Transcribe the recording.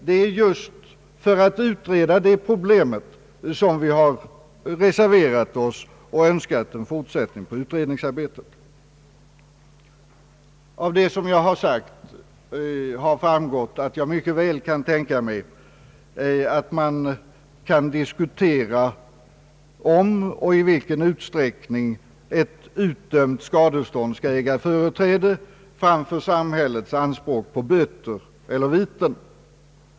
Det är just för att utreda dessa problem vi reserverat oss och önskat en fortsättning. Av det jag har sagt har framgått att jag mycket väl kan tänka mig att diskutera om och i vilken utsträckning ett utdömt skadestånd skall äga företräde framför samhällets anspråk på böter eller viten.